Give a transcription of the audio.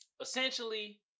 essentially